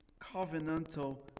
covenantal